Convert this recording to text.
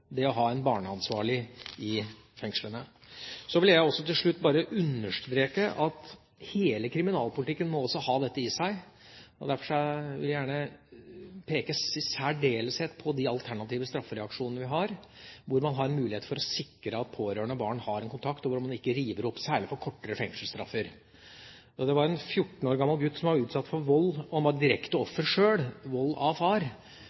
det å ha en barneansvarlig i fengslene. Så vil jeg til slutt understreke at hele kriminalpolitikken må ha dette i seg. Derfor vil jeg gjerne i særdeleshet peke på de alternative straffereaksjonene vi har, hvor man har mulighet til å sikre at pårørende og barn har en kontakt særlig ved kortere fengselsstraffer, og at man ikke river opp denne kontakten. En 14 år gammel gutt som var utsatt for vold av far – han var direkte